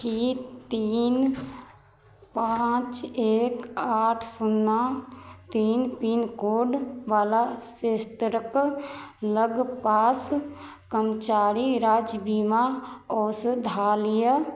की तीन पाँच एक आठ शून्ना तीन पिन कोडवला क्षेत्रक लगपास कर्मचारी राज्य बीमा औषधालय